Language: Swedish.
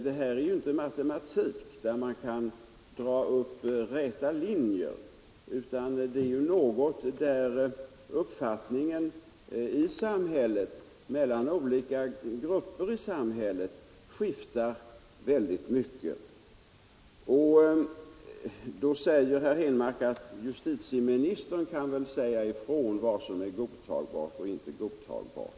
Det här är ju inte som matematik och geometri, där man kan dra upp räta linjer, utan det är ett område där uppfattningarna skiftar mycket mellan olika grupper i samhället. Herr Henmark säger: Justitieministern kan väl säga ifrån vad som är godtagbart och vad som inte är godtagbart!